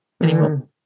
anymore